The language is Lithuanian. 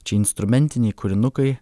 čia instrumentiniai kūrinukai